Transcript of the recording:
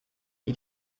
die